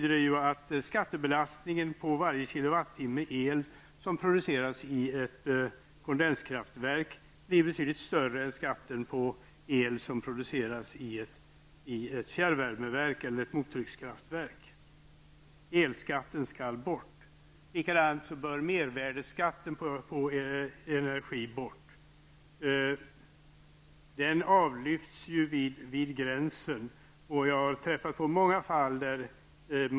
Det betyder att skattebelastningen på varje kilowattimme el som produceras i ett kondenskraftverk blir betydligt större än belastningen på el som produceras i ett fjärrvärmeverk -- eller mottryckskraftverk. Elskatten skall bort! Likaså bör mervärdeskatten på energi tas bort. Den avlyfts ju vid gränsen.